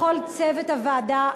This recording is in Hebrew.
לכל צוות הוועדה.